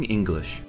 English